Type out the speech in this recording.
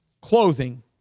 clothing